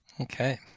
okay